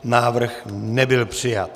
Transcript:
Návrh nebyl přijat.